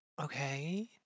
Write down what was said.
okay